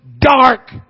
dark